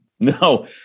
No